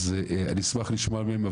אז אשמח לשמוע מהם.